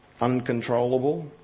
uncontrollable